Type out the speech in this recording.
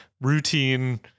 routine